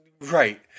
Right